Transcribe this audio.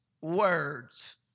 words